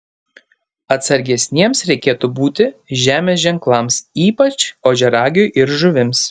atsargesniems reikėtų būti žemės ženklams ypač ožiaragiui ir žuvims